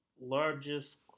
largest